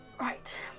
Right